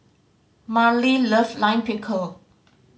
Marlee love Lime Pickle